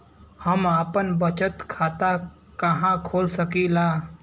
हम आपन बचत खाता कहा खोल सकीला?